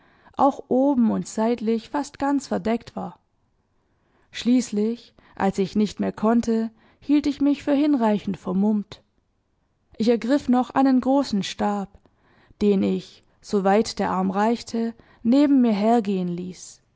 auch oben und seitlich fast ganz verdeckt war schließlich als ich nicht mehr konnte hielt ich mich für hinreichend vermummt ich ergriff noch einen großen stab den ich soweit der arm reichte neben mir hergehen ließ